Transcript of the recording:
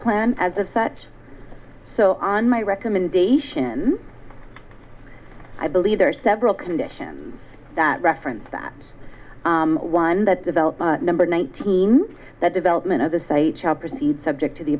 plan as of such so on my recommendation i believe there are several conditions that reference that one that developed number one team that development of the site shall proceed subject to the